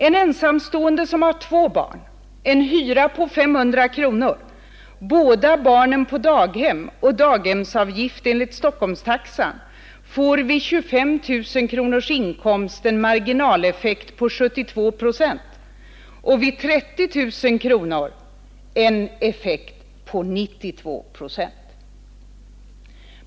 En ensamstående person som har två barn, en hyra på 500 kronor, båda barnen på daghem och daghemsavgift enligt Stockholmstaxan får vid 25 000 kronors inkomst en marginaleffekt på 72 procent och vid 30 000 kronors inkomst en effekt på 92 procent.